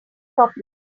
properly